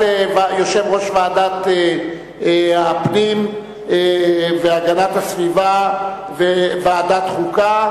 הצעת הוועדה המשותפת לוועדת הפנים והגנת הסביבה ולוועדת החוקה,